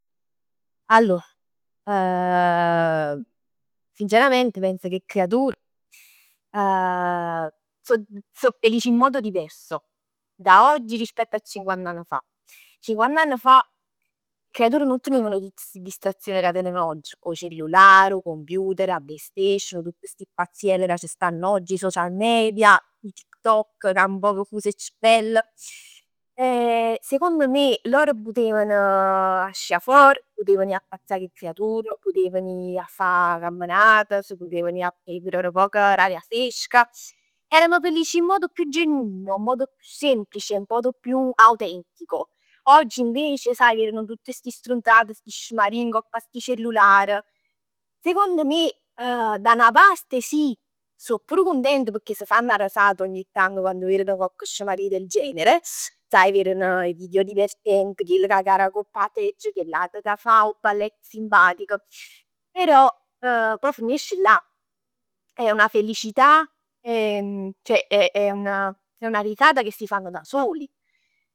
Allor, sincerament penso che 'e creatur, so so felici in modo diverso, da oggi rispetto a cinquant'anni fa. Cinquant'anni fa 'e creatur nun teneven tutt sti distrazioni ca teneno oggi. 'O cellullar, 'o computer, 'a playstation, tutt sti pazziell ca c' stann oggi, 'e social media, Tik Tok che hanno nu poc fus 'e cerevell. Secondo me loro putevn ascì for, putevn ji a pazzià cu 'e creatur, putevn ji 'a fa 'na camminat, s' putevano ji a piglià nu poc 'e aria fresca. Erano felici in modo più genuino, in modo più semplice, un modo più autentico. Oggi invece sai, veren tutt sti strunzat, sti scimarie ngopp a sti cellullar. Sicondo me da 'na parte sì, so pur cuntent pecchè s' fann 'na risat ogni tanto quann vereno cocche scemaria del genere, sai veren 'e video divertenti, chill ca care 'a copp 'a seggia, chillat ca fa 'o ballett simpatico, però poi finisce là. È una felicità, ceh è è è una risata che si fanno da soli.